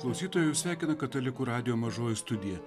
klausytojai jus sveikina katalikų radijo mažoji studija